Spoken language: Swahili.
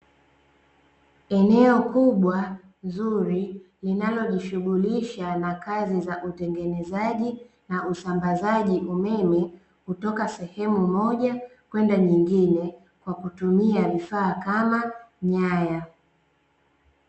Eneo kubwa zuri linalojishughulisha na kazi za utengenezaji na usambazaji umeme, kutoka sehemu moja kwenda nyingine, kwa kutumia vifaa kama nyaya.